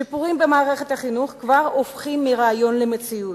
שיפורים במערכת החינוך כבר הופכים מרעיון למציאות,